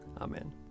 Amen